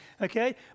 okay